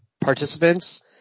participants